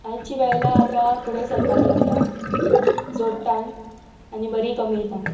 आयची बायलां आता फुडें सरपाक लागलां जोडटां आनी बरी कमयता